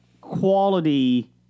quality